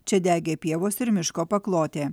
čia degė pievos ir miško paklotė